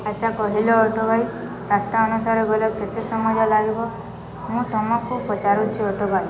ଆଚ୍ଛା କହିଲେ ଅଟୋ ଭାଇ ରାସ୍ତା ଅନୁସାରେ ଗଲେ କେତେ ସମୟରେ ଲାଗିବ ମୁଁ ତମକୁ ପଚାରୁଛି ଅଟୋ ଭାଇ